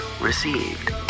received